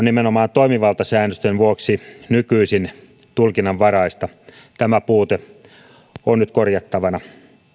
nimenomaan toimivaltasäännösten vuoksi nykyisin tulkinnanvaraisia tämä puute on nyt korjattavana